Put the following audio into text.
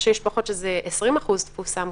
שיש 20% תפוסה מותרת,